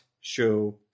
show